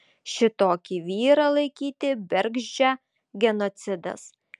šitokį vyrą laikyti bergždžią genocidas